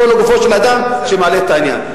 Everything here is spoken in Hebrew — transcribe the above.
לא לגופו של האדם שמעלה את העניין.